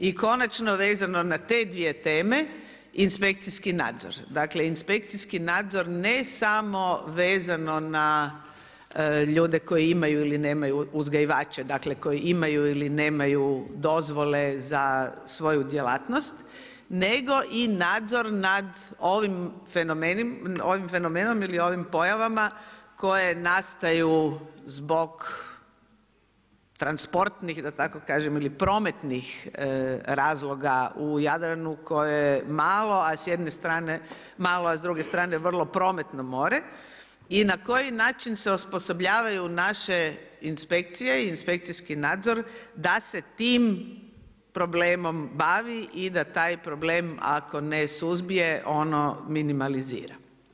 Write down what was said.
I konačno vezano na te dvije teme inspekcijski nadzor, dakle inspekcijski nadzor ne samo vezano na ljude koji imaju uzgajivače dakle koji imaju ili nemaju dozvole za svoju djelatnost nego i nadzor nad ovim fenomenom ili ovim pojavama koje nastaju zbog transportnih da tako kažem ili prometnih razloga u Jadranu koje je malo, a s druge strane vrlo prometno more i na koji način se osposobljavaju naše inspekcije i inspekcijski nadzor da se tim problemom bavi i da taj problem ako ne suzbije ono minimalizira.